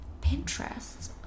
Pinterest